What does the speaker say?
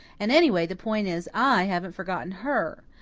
and, anyway, the point is, i haven't forgotten her.